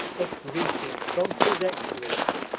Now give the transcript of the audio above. a greeting from his excellency.